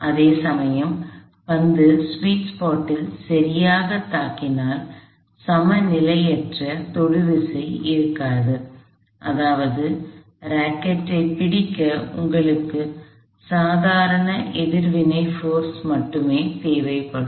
அதேசமயம் பந்து ஸ்வீட் ஸ்பாட்டில் சரியாகத் தாக்கினால் சமநிலையற்ற தொடுவிசை இருக்காது அதாவது ராக்கெட்டைப் பிடிக்க உங்களுக்கு சாதாரண எதிர்வினை சக்தி மட்டுமே தேவைப்படும்